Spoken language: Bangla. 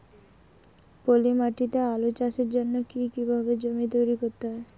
পলি মাটি তে আলু চাষের জন্যে কি কিভাবে জমি তৈরি করতে হয়?